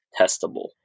testable